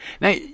Now